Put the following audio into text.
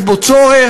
יש בו צורך,